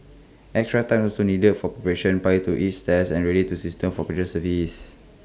extra time is also needed for preparation prior to each test and ready the systems for passenger service